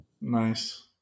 Nice